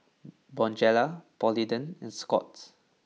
Bonjela Polident and Scott's